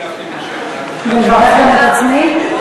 לברך גם את עצמי?